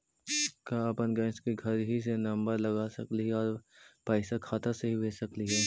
का अपन गैस के घरही से नम्बर लगा सकली हे और पैसा खाता से ही भेज सकली हे?